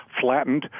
flattened